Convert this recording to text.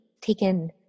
taken